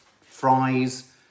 fries